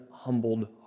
humbled